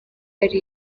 ari